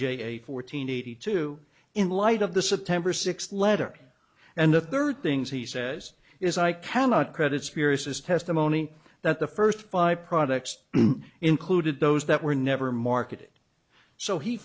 a fourteen eighty two in the light of the september sixth letter and the third things he says is i cannot credit spirits is testimony that the first five products included those that were never marketed so he